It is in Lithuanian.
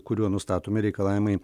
kuriuo nustatomi reikalavimai